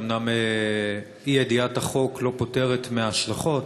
אומנם אי-ידיעת החוק לא פוטרת מההשלכות,